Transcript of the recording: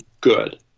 good